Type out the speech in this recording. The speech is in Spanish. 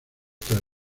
tras